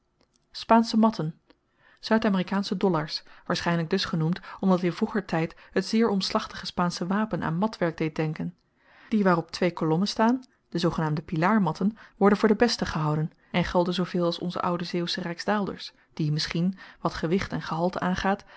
matten zuid amerikaansche dollars waarschynlyk dusgenoemd omdat in vroeger tyd het zeer omslachtige spaansche wapen aan matwerk deed denken die waarop twee kolommen staan de zoogenaamde pilaarmatten worden voor de besten gehouden en gelden zooveel als onze oude zeeuwsche ryksdaalders die misschien wat gewicht en gehalte aangaat